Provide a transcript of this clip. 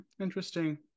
interesting